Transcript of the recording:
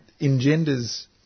engenders